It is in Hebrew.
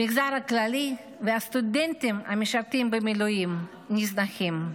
המגזר הכללי והסטודנטים המשרתים במילואים נזנחים.